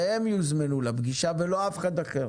הם יוזמנו לפגישה ולא אף אחד אחר.